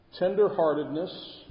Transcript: tenderheartedness